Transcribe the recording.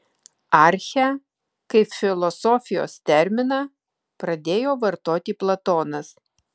archę kaip filosofijos terminą pradėjo vartoti platonas